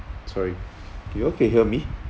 sorry you all can hear me